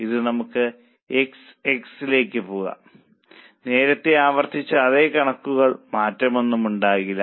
ഇനി നമുക്ക് X X ലേക്ക് പോകാം നേരത്തെ ആവർത്തിച്ച അതേ കണക്കുകളിൽ മാറ്റമൊന്നും ഉണ്ടാകില്ല